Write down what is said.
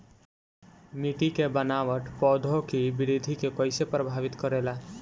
मिट्टी के बनावट पौधों की वृद्धि के कईसे प्रभावित करेला?